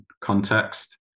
context